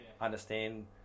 understand